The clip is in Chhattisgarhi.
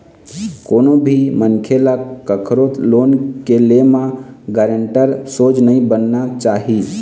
कोनो भी मनखे ल कखरो लोन के ले म गारेंटर सोझ नइ बनना चाही